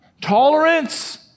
tolerance